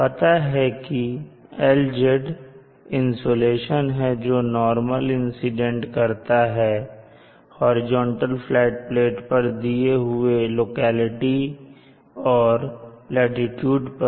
पता है कि LZ इनसोलेशन है जो नॉर्मल इंसीडेंट करता है हॉरिजॉन्टल फ्लैट प्लेट पर दिए हुए लोकेलिटी और लाटीट्यूड पर